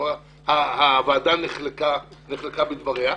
הוועדה נחלקה בדבריה.